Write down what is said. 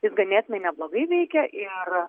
jis ganėtinai neblogai veikia ir